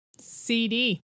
CD